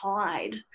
tide